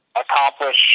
accomplish